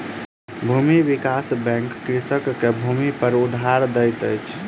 भूमि विकास बैंक कृषक के भूमिपर उधार दैत अछि